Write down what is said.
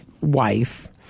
wife